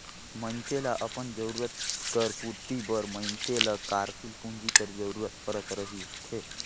मइनसे ल अपन जरूरत कर पूरति बर मइनसे ल कारसील पूंजी कर जरूरत परत रहथे